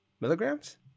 milligrams